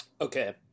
Okay